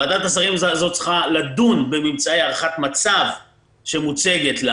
ועדת השרים הזאת צריכה לדון בממצאי הערכת מצב שמוצגת לה